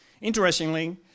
Interestingly